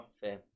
fair